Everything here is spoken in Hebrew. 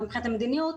גם מבחינת המדיניות,